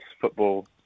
football